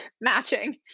matching